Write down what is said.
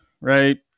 right